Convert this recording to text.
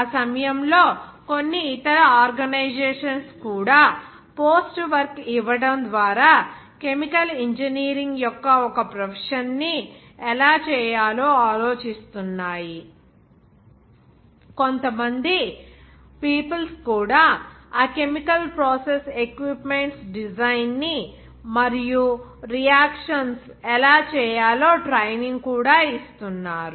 ఆ సమయంలో కొన్ని ఇతర ఆర్గనైజేషన్స్ కూడా పోస్ట్ వర్క్ ఇవ్వడం ద్వారా కెమికల్ ఇంజనీరింగ్ యొక్క ఒక ప్రొఫెషన్ ని ఎలా చేయాలో ఆలోచిస్తున్నాయి కొంతమంది పీపుల్స్ కూడా ఆ కెమికల్ ప్రాసెస్ ఎక్విప్మెంట్స్ డిజైన్ ని మరియు రియాక్షన్స్ ఎలా చేయాలో ట్రైనింగ్ కూడా ఇస్తున్నారు